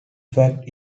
fact